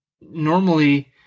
normally